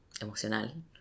emocional